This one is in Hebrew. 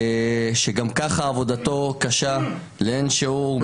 שגם ככה עבודתו קשה לאין שיעור,